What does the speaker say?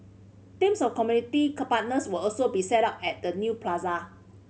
teams of community partners will also be set up at the new plaza